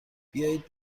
بیاید